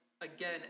again